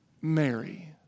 Mary